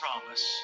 promise